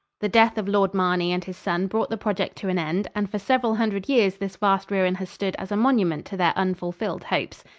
the death of lord marney and his son brought the project to an end and for several hundred years this vast ruin has stood as a monument to their unfulfilled hopes.